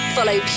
Follow